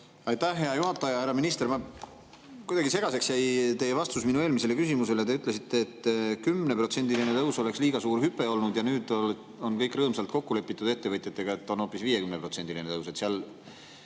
Aitäh, hea juhataja! Härra minister! Kuidagi segaseks jäi teie vastus minu eelmisele küsimusele. Te ütlesite, et 10%‑line tõus oleks liiga suur hüpe olnud ja nüüd on rõõmsalt kokku lepitud ettevõtjatega, et on hoopis 50%‑line